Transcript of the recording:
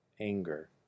anger